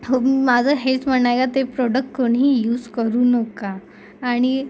माझं हेच म्हणणंय का ते प्रोडक्ट कुणीही यूज करू नका आणि